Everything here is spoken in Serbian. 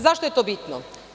Zašto je to bitno?